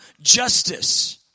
justice